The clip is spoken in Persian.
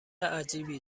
عجیبی